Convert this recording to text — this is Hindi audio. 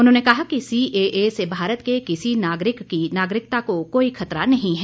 उन्होंने कहा कि सीएए से भारत के किसी नागरिक की नागरिकता को कोई खतरा नहीं है